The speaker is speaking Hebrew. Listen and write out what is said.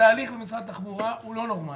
התהליך במשרד התחבורה הוא לא נורמלי.